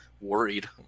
worried